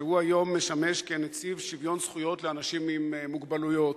שהיום משמש כנציב שוויון זכויות לאנשים עם מוגבלויות.